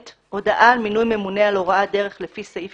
הודעה על מינוי ממונה על הוראת דרך לפי סעיף